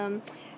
um